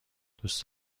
دوست